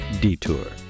Detour